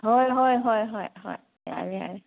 ꯍꯣꯏ ꯍꯣꯏ ꯍꯣꯏ ꯍꯣꯏ ꯍꯣꯏ ꯌꯥꯔꯦ ꯌꯥꯔꯦ